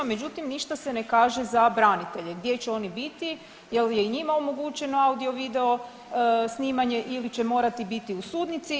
Međutim, ništa se ne kaže za branitelje gdje će oni biti, jel' je i njima omogućeno audio-video snimanje ili će morati biti u sudnici.